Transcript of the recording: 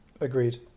Agreed